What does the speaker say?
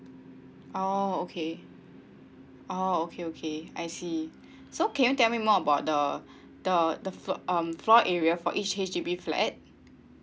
oh okay oh okay okay I see so can you tell me more about the the the flo~ um floor area for each H_D_B flat